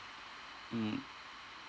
mm